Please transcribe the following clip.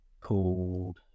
called